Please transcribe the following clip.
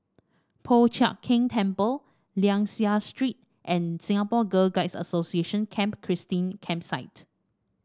Po Chiak Keng Temple Liang Seah Street and Singapore Girl Guides Association Camp Christine Campsite